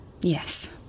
Yes